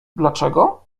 dlaczego